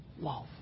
love